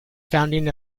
founding